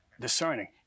Discerning